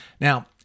Now